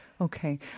okay